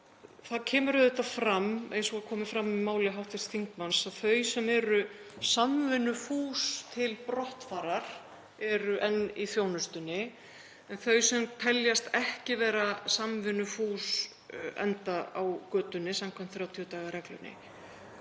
Það kemur auðvitað fram, eins og kom fram í máli hv. þingmanns, að þau sem eru samvinnufús til brottfarar eru enn í þjónustunni en þau sem teljast ekki vera samvinnufús enda á götunni samkvæmt 30 daga reglunni.